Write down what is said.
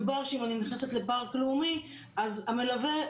מדובר שאם אני נכנסת לפארק לאומי אז המלווה,